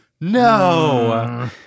No